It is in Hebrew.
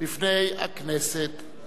בפני הכנסת.